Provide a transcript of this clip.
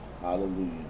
Hallelujah